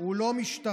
הוא לא משטרה,